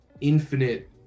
infinite